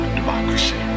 democracy